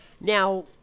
Now